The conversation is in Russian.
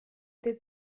этой